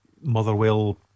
Motherwell